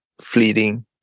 fleeting